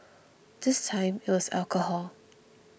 this time it was alcohol